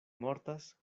mortas